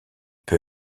peu